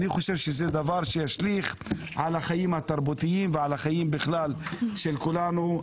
אני חושב שזה דבר שישליך על החיים התרבותיים ועל החיים בכלל של כולנו.